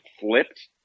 flipped